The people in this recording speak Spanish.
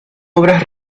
obras